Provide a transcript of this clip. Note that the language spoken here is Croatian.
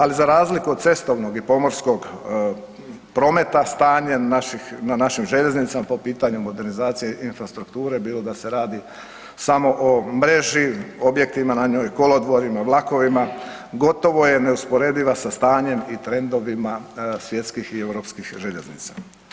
Ali za razliku od cestovnog i pomorskog prometa stanje na našim željeznicama po pitanju modernizacije infrastrukture bilo da se radi samo o mreži, objektima na njoj, kolodvorima, vlakova gotovo je neusporediva sa stanjem i trendovima svjetskih i europskih željeznica.